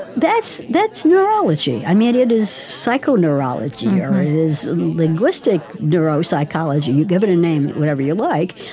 but that's that's neurology, i mean, it is psychoneurology, or it is linguistic neuropsychology, you give it a name, whatever you like.